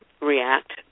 react